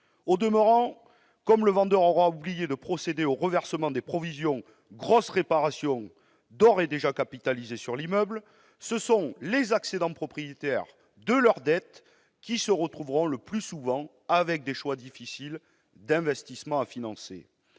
Au demeurant, comme le vendeur aura oublié de procéder au reversement des provisions « grosses réparations » d'ores et déjà capitalisées sur l'immeuble, ce sont les accédants propriétaires de leur dette qui se retrouveront le plus souvent avec des choix difficiles d'investissement à financer.